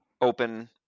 open